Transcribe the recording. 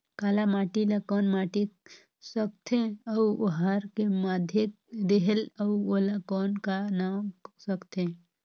काला माटी ला कौन माटी सकथे अउ ओहार के माधेक रेहेल अउ ओला कौन का नाव सकथे?